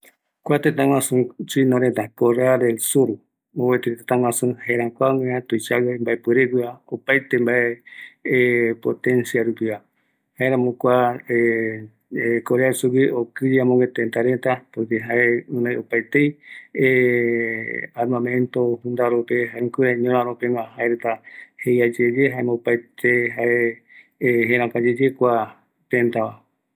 Kua tëtä jërakuagueva, opaete oyeandu suguiva, oikoñomaï ñoraro rupiva, jaereta guinoï opaete mbaepuere, mbocape, jundarope, jaeko ñoraro pegua yepeai, jaeramo opaete omboeteva, jare okɨye suguireta oimetayave ñoraro oyeendu